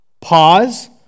pause